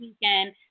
weekend